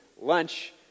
lunch